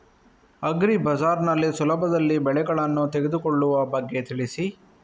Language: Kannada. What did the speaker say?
ಅಗ್ರಿ ಬಜಾರ್ ನಲ್ಲಿ ಸುಲಭದಲ್ಲಿ ಬೆಳೆಗಳನ್ನು ತೆಗೆದುಕೊಳ್ಳುವ ಬಗ್ಗೆ ತಿಳಿಸಿ